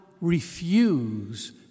refuse